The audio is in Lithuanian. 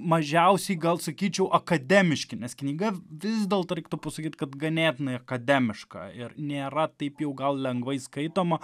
mažiausiai gal sakyčiau akademiški nes knyga vis dėlto reiktų pasakyt kad ganėtinai akademiška ir nėra taip jau gal lengvai skaitoma